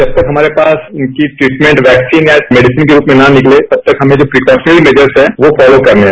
जब तक हमारे पास इनकी ट्रीटमेंट वैक्सीन या मेडिसन के रूप में ना निकले तब तक हमें जो प्रिकॉशनरी मैजर्स हैं वो फॉलो करने है